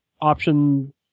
option